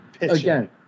again